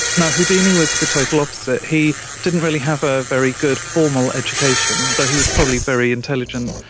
now, houdini was the total opposite. he didn't really have a very good formal education, though he was probably very intelligent,